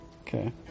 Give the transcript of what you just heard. Okay